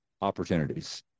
opportunities